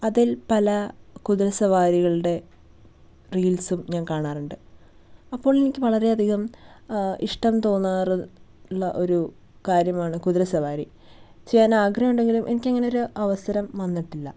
അതിൽ പല കുതിര സവാരികളുടെ റീൽസും ഞാൻ കാണാറുണ്ട് അപ്പോൾ എനിക്ക് വളരെയധികം ഇഷ്ടം തോന്നാറ് ഉള്ള ഒരു കാര്യമാണ് കുതിര സവാരി ചെയ്യാൻ ആഗ്രഹം ഉണ്ടെങ്കിലും എനിക്ക് ഇങ്ങനെ ഒരു അവസരം വന്നിട്ടില്ല